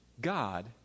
God